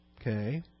Okay